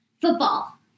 football